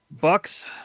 Bucks